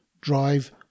drive